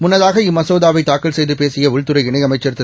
முன்னதாக இம்மசோதாவை தாக்கல் செய்து பேசிய உள்துறை இணையமைச்சர் திரு